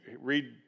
read